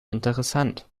interessant